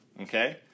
okay